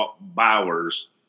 Bowers